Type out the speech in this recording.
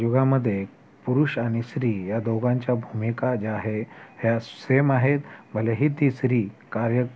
युगामध्ये पुरुष आणि स्त्री या दोघांच्या भूमिका ज्या आहे ह्या सेम आहेत भलेही ती श्री कार्य